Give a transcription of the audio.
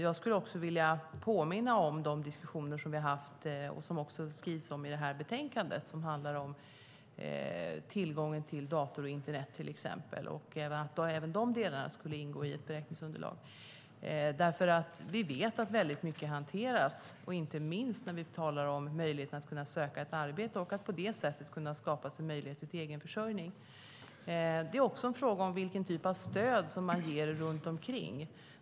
Jag skulle vilja påminna om de diskussioner som vi har fört och som det skrivs om i betänkandet. Det handlar till exempel om tillgången till dator och internet och att även dessa delar skulle ingå i ett beräkningsunderlag. Vi vet att mycket hanteras, inte minst när vi talar om möjligheten att söka ett arbete och att på det sättet kunna skapa sig möjligheter till egen försörjning. Det är också en fråga om vilken typ av stöd som ges runt omkring.